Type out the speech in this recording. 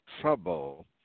trouble